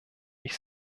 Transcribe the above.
ich